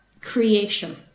creation